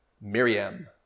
miriam